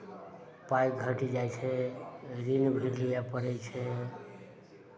पाइ घटि जाइ छै ऋण भी लिअ पड़ै छै